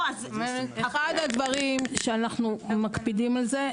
אחד הדברים שאנחנו מקפידים על זה,